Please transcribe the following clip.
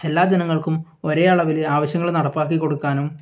എല്ലാ ജനങ്ങൾക്കും ഒരേ അളവിൽ ആവശ്യങ്ങൾ നടപ്പാക്കി കൊടുക്കാനും